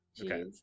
Okay